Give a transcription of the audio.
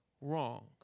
wrong